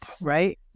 right